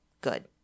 good